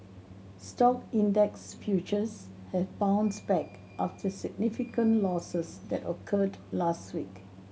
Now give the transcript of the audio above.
stock index futures have bounced back after significant losses that occurred last week